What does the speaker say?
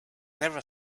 never